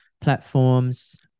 platforms